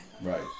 Right